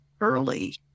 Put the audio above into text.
early